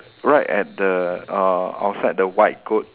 right at the uh outside the white goat